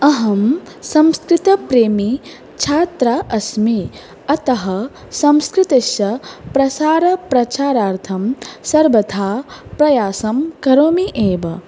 अहं संस्कृतप्रेमी छात्रा अस्मि अतः संस्कृतस्य प्रसारप्रचारार्थं सर्वथा प्रयासं करोमि एव